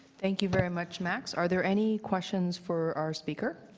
thank you very much, max. are there any questions for our speaker?